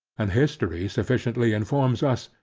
and history sufficiently informs us,